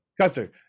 Custer